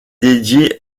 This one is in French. dédiée